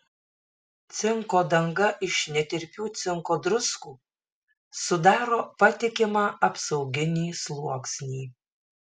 cinko danga iš netirpių cinko druskų sudaro patikimą apsauginį sluoksnį